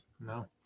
No